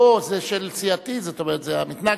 אוה, זה סיעתי, זאת אומרת זה ה"מתנגדים".